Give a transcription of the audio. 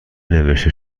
نوشته